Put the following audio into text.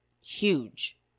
huge